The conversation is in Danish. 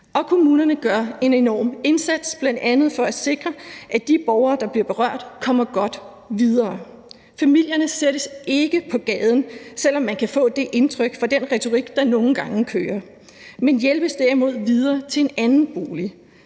Og kommunerne gør en enorm indsats, bl.a. for at sikre, at de borgere, der bliver berørt, kommer godt videre. Familierne sættes ikke på gaden, selv om man kan få det indtryk fra den retorik, der nogle gange kører, men hjælpes derimod videre til en anden bolig.